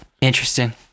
Interesting